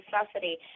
necessity